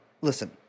listen